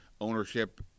ownership